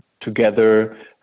together